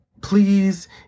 please